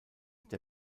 der